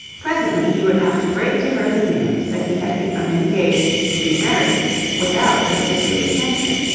presently he would have to break to her the news that he had become engaged to be married without her sisterly sanction,